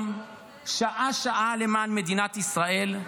למען מדינת ישראל,